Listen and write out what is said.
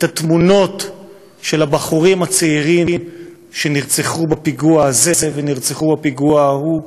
את התמונות של הבחורים הצעירים שנרצחו בפיגוע הזה ונרצחו בפיגוע ההוא.